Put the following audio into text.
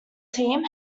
team